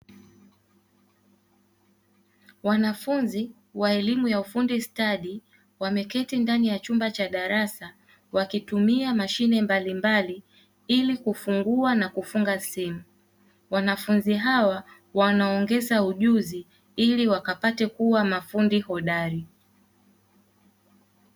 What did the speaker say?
Wanafunzi wa elimu ya ufundi stadi, wameketi ndani ya chumba cha darasa, wakitumia mashine mbalimbali ili kufungua na kufunga simu, wanafunzi hawa wanaongeza ujuzi ili wakapate kuwa mafundi hodari.